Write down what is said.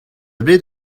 bet